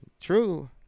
True